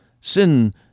Sin